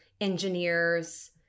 engineers